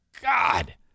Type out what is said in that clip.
God